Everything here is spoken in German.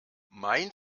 mein